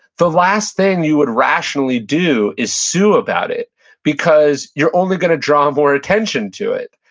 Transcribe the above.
the last thing you would rationally do is sue about it because you're only going to draw more attention to it.